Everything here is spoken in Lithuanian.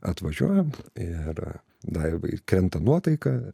atvažiuojam ir daivai krenta nuotaika